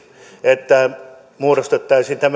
että muodostettaisiin